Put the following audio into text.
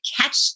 catch